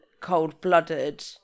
cold-blooded